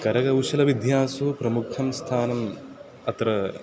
करकौशलविद्यासु प्रमुखं स्थानम् अत्र